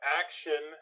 action